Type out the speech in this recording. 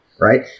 Right